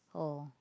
oh